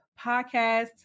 podcast